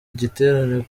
igiterane